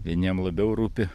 vieniem labiau rūpi